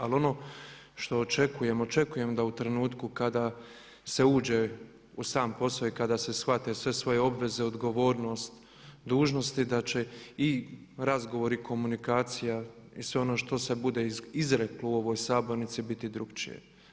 Ali ono što očekujem, očekujem da u trenutku kada se uđe u sam posao i kada se shvate sve svoje obveze, odgovornost dužnosti da će i razgovori, komunikacija i sve ono što se bude izreklo u ovoj sabornici biti drukčije.